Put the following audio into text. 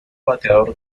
bateador